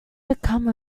become